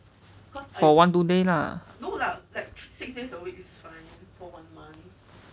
for one two today lah